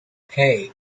hey